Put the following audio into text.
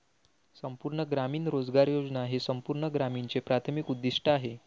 संपूर्ण ग्रामीण रोजगार योजना हे संपूर्ण ग्रामीणचे प्राथमिक उद्दीष्ट आहे